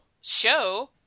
show